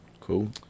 Cool